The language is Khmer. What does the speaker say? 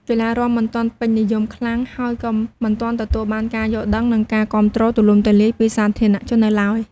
កីឡារាំមិនទាន់ពេញនិយមខ្លាំង ហើយក៏មិនទាន់ទទួលបានការយល់ដឹង និងការគាំទ្រទូលំទូលាយពីសាធារណជននៅឡើយ។